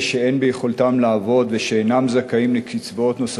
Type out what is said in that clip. ביכולתם לעבוד ושאינם זכאים לקצבאות נוספות